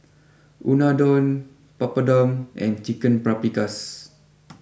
Unadon Papadum and Chicken Paprikas